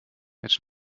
jetzt